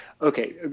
Okay